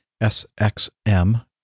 SXM